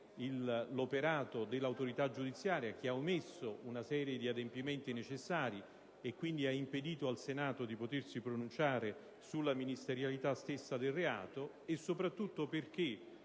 l'operato dell'autorità giudiziaria che ha omesso una serie di adempimenti necessari, e quindi ha impedito al Senato di potersi pronunciare sulla ministerialità stessa del reato, sia soprattutto perché,